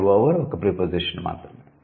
మరియు 'ఓవర్' ఒక ప్రిపోజిషన్ మాత్రమే